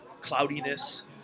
cloudiness